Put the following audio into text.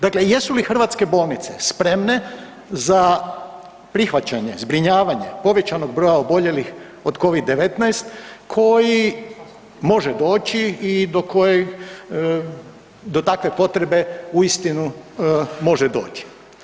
Dakle, jesu li hrvatske bolnice spremne za prihvaćanje, zbrinjavanje povećanog broja oboljelih od Covid-19 koji može doći i do kojeg, do takve potrebe uistinu može doći?